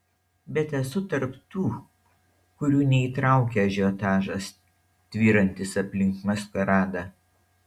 bet esu tarp tų kurių neįtraukia ažiotažas tvyrantis aplink maskaradą